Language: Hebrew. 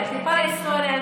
טיפה היסטוריה,